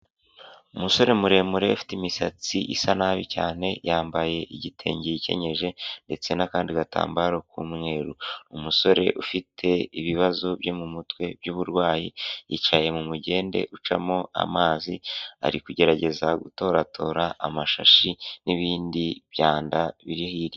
Umusore muremure ufite imisatsi isa nabi cyane yambaye igitenge yikenyeje ndetse n'akandi gatambaro k'umweru. Umusore ufite ibibazo byo mu mutwe by'uburwayi yicaye mu mugende ucamo amazi ari kugerageza gutoratora amashashi n'ibindi byanda biri hirya.